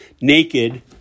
naked